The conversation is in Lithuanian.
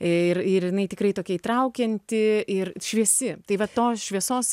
ir ir jinai tikrai tokia įtraukianti ir šviesi tai va tos šviesos